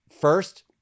First